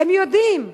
הם יודעים,